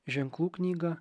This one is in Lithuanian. ženklų knygą